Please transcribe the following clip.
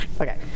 okay